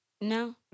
No